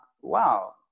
wow